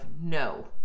no